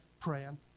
praying